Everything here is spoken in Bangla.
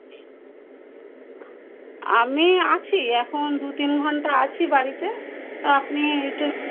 আমি আছি এখন দু তিন ঘন্টা আছি বাড়িতে তা আপনি এটা